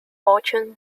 fortune